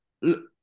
Look